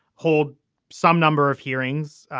hold some number of hearings.